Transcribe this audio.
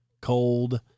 cold